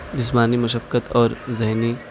جسمانی مشقت اور ذہنی